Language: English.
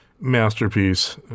masterpiece